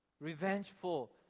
revengeful